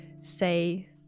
say